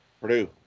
Purdue